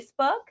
Facebook